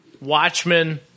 Watchmen